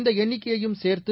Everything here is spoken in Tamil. இந்தஎண்ணிக்கையும் சேர்த்து